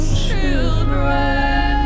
children